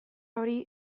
hori